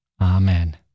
Amen